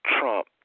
Trump